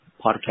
podcast